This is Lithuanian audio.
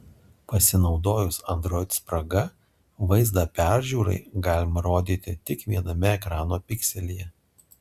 pasinaudojus android spraga vaizdą peržiūrai galima rodyti tik viename ekrano pikselyje